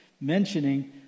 mentioning